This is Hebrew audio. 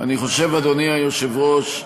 אני חושב, אדוני היושב-ראש,